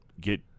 get